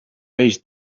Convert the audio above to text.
peix